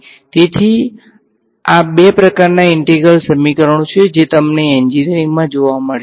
તેથી આ બે પ્રકારના ઈન્ટેગ્રલ સમીકરણો છે જે તમને એન્જિનિયરિંગ જોવા મળશે